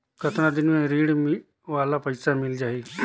कतना दिन मे ऋण वाला पइसा मिल जाहि?